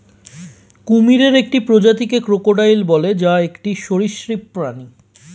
কুমিরের একটি প্রজাতিকে ক্রোকোডাইল বলে, যা একটি সরীসৃপ প্রাণী